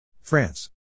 France